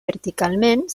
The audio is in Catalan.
verticalment